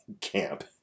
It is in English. camp